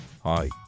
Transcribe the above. Hi